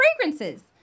fragrances